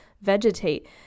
vegetate